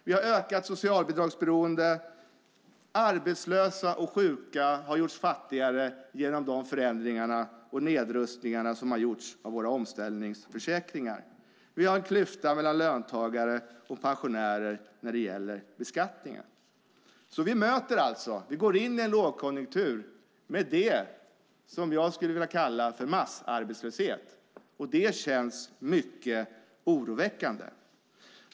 Vi har ett ökat socialbidragsberoende. Arbetslösa och sjuka har gjorts fattigare genom de förändringar och nedrustningar som har gjorts i våra omställningsförsäkringar. Vi har en klyfta mellan löntagare och pensionärer när det gäller beskattningen. Vi går alltså in i en lågkonjunktur med det som jag skulle vilja kalla massarbetslöshet, och det känns mycket oroväckande.